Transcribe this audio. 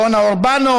רונה אורובנו,